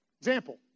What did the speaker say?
Example